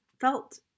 felt